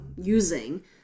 using